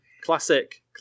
Classic